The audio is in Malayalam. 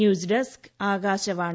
news desk Akashvani